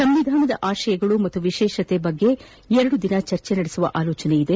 ಸಂವಿಧಾನದ ಆಶಯಗಳು ಮತ್ತು ವಿಶೇಷತೆ ಕುರಿತು ಎರಡು ದಿನ ಚರ್ಚೆ ನಡೆಸುವ ಆಲೋಚನೆಯಿದೆ